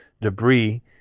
debris